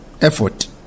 effort